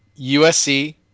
USC